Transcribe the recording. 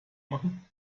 machen